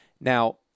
now